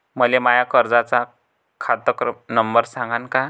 मले माया कर्जाचा खात नंबर सांगान का?